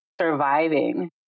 surviving